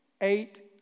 eight